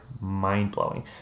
mind-blowing